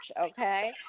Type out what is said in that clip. Okay